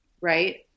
Right